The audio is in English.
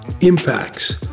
impacts